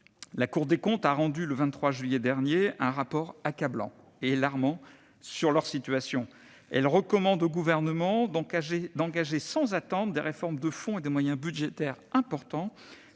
La Cour des comptes a rendu, le 23 juillet dernier, un rapport accablant et alarmant sur la situation de ces dernières. Elle recommande au Gouvernement d'engager sans attendre des réformes de fond et des moyens budgétaires importants